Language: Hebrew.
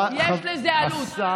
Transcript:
יש לזה עלות.